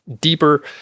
deeper